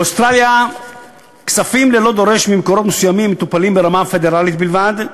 באוסטרליה כספים ללא דורש ממקורות מסוימים מטופלים ברמה הפדרלית בלבד.